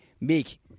Meek